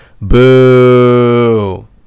Boo